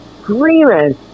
screaming